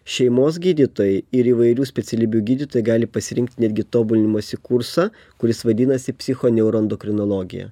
šeimos gydytojai ir įvairių specialybių gydytojai gali pasirinkt netgi tobulinimosi kursą kuris vadinasi psichoneuroendokrinologija